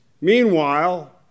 Meanwhile